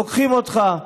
לוקחים אותך,